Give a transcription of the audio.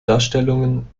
darstellungen